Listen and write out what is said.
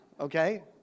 okay